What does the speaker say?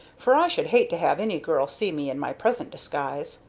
for i should hate to have any girl see me in my present disguise.